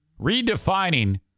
redefining